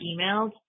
emailed